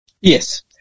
Yes